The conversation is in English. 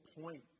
point